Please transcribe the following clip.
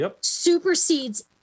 supersedes